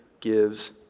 gives